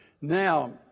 Now